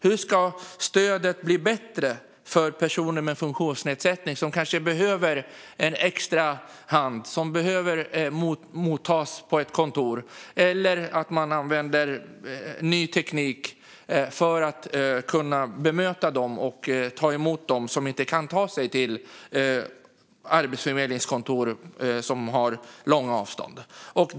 Hur ska stödet bli bättre för personer med funktionsnedsättning som kanske behöver en extra hand, som behöver tas emot på ett kontor eller som man måste använda ny teknik för att kunna ta emot och bemöta därför att de inte kan ta sig till ett arbetsförmedlingskontor eller har långa avstånd?